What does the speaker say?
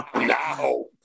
Now